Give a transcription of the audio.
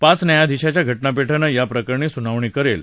पाच न्यायाधीशांचं घटनापीठ याप्रकरणी सुनावणी करेल